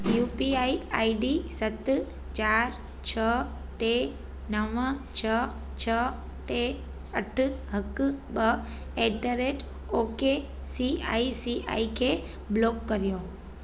U P I I D सत चारि छह टे नव छह छह टे अठ हिकु ॿ at the rate O K C I C I खे ब्लॉक कर्यो